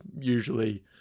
usually